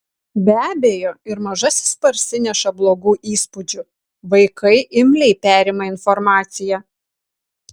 be abejo ir mažasis parsineša blogų įspūdžių vaikai imliai perima informaciją